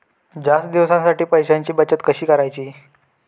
जास्त दिवसांसाठी पैशांची बचत कशी करायची?